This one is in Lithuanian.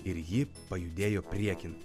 ir ji pajudėjo priekin